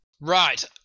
right